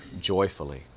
joyfully